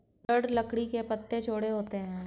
दृढ़ लकड़ी के पत्ते चौड़े होते हैं